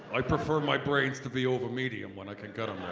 i prefer my brains to be over medium when i can get them